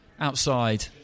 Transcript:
outside